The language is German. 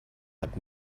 hat